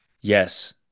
Yes